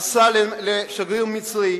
עשה לשגריר המצרי,